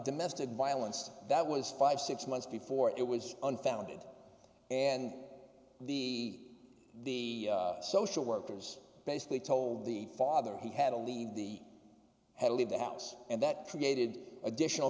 domestic violence that was five six months before it was unfounded and the the social workers basically told the father he had to leave the had to leave the house and that created additional